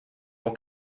will